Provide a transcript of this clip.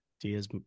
Diaz